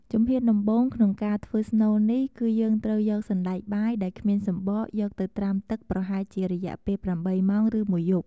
ជំហានដំបូងក្នុងការធ្វើស្នូលនេះ គឺយើងត្រូវ យកសណ្ដែកបាយដែលគ្មានសំបក យកទៅត្រាំទឹកប្រហែលជារយៈពេល ៨ ម៉ោង ឬមួយយប់។